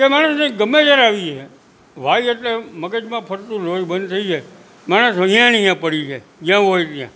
કે માણસને ગમે ત્યારે આવી જાય વાઈ એટલે મગજમાં ફરતું લોહી બંધ થઈ જાય માણસ અહીં ને અહીં પડી જાય જ્યાં હોય ત્યાં